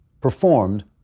performed